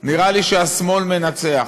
נראה לי שהשמאל מנצח.